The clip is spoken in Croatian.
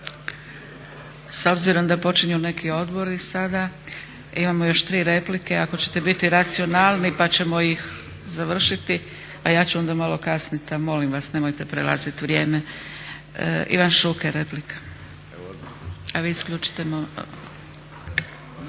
S obzirom da počinju neki odbori sada, imamo još tri replike, ako ćete biti racionalni pa ćemo ih završiti a ja ću onda malo kasnit. A molim vas nemojte prelazit vrijeme. Ivan Šuker, replika. **Šuker,